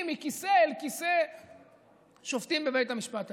מכיסא אל כיסא השופטים בבית המשפט העליון.